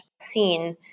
seen